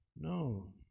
No